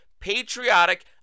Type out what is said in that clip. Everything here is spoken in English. patriotic